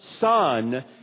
Son